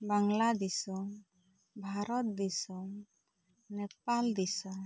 ᱵᱟᱝᱞᱟ ᱫᱤᱥᱚᱢ ᱵᱷᱟᱨᱚᱛ ᱫᱤᱥᱚᱢ ᱱᱮᱯᱟᱞ ᱫᱤᱥᱚᱢ